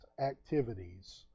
activities